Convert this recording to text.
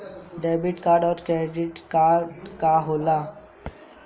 Debit या credit card का होला?